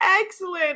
excellent